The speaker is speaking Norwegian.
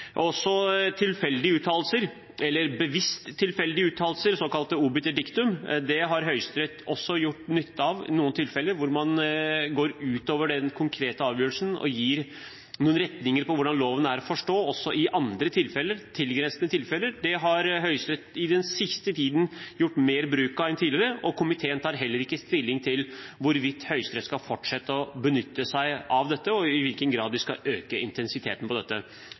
tilfeldige uttalelser, eller bevisst tilfeldige uttalelser, såkalte obiter dictum, har Høyesterett gjort nytte av i noen tilfeller hvor man går utover den konkrete avgjørelsen og gir noen retninger på hvordan loven er å forstå, også i andre tilgrensende tilfeller. Det har Høyesterett i den siste tiden gjort mer bruk av enn tidligere, og komiteen tar heller ikke stilling til hvorvidt Høyesterett skal fortsette å benytte seg av dette, eller i hvilken grad de skal øke intensiteten på dette.